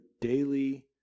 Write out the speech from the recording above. daily